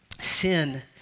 Sin